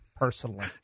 Personally